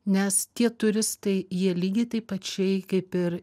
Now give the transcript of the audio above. nes tie turistai jie lygiai taip pačiai kaip ir